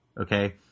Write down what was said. okay